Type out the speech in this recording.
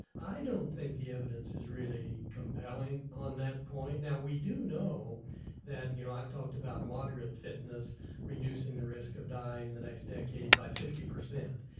i don't think the evidence is really compelling on that point. now we do know that, and you know i've talked about moderate fitness reducing the risk of dying in the next decade by fifty percent.